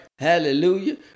Hallelujah